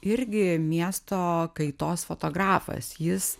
irgi miesto kaitos fotografas jis